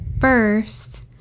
first